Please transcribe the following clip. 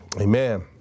Amen